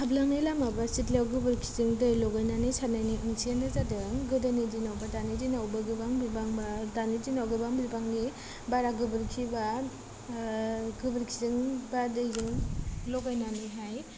हाबलांनाय लामा बा सिथ्लायाव गोबोरखिजों दै लगायनानै सारनायनि ओंथियानो जादों गोदोनि दिनाव बा दानि दिनावबो गोबां गोबां बा दानि दिनाव गोबां बिबांनि बारा गोबोरखि एबा गोबोरखिजों बा दैजों लगायनानैहाय